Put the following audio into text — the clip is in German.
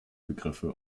begriffe